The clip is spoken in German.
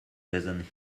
lesen